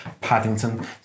Paddington